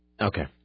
Okay